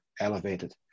elevated